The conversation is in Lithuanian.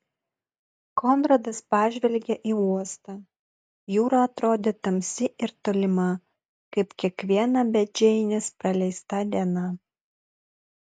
konradas pažvelgė į uostą jūra atrodė tamsi ir tolima kaip kiekviena be džeinės praleista diena